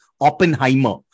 Oppenheimer